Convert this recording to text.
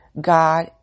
God